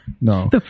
no